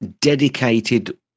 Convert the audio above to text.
dedicated